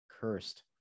cursed